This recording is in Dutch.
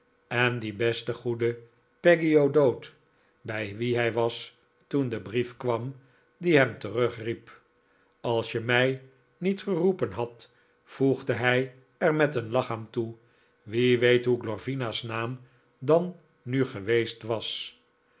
en die beste goeie peggy o'dowd bij wie hij was toen de brief kwam die hem terugriep als je mij niet geroepen had voegde hij er met een lach aan toe wie weet hoe glorvina's naam dan nu geweest was